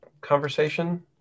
conversation